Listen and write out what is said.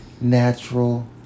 natural